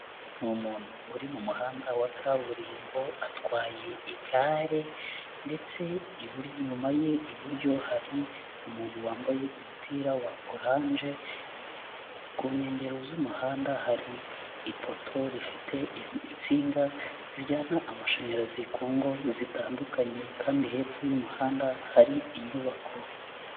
Ni umuntu uri mu muhanda wa kaburimbo atwaye igare ndetse inyuma ye iburyo hari umuntu wambaye umupira wa oranje, ku nkengero z'umuhanda hari ipoto rifite insinga zijyana amashanyarazi ku ngo zitandukanye kandi hepfo y'umuhanda hari inyubako.